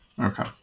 Okay